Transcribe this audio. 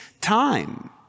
time